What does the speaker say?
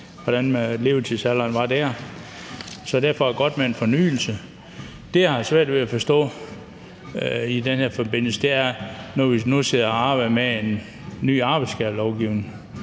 hvordan levetidsalderen var i 1976. Så derfor er det godt med en fornyelse. Det, jeg har svært ved at forstå i den her forbindelse, når vi nu sidder og arbejder med en ny arbejdsskadelovgivning,